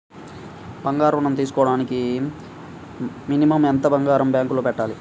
బంగారం ఋణం తీసుకోవడానికి మినిమం ఎంత బంగారం బ్యాంకులో పెట్టాలి?